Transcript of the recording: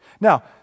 Now